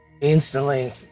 Instantly